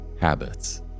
habits